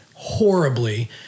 Horribly